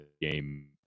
game